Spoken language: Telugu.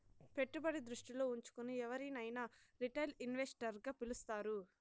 పెట్టుబడి దృష్టిలో ఉంచుకుని ఎవరినైనా రిటైల్ ఇన్వెస్టర్ గా పిలుస్తారు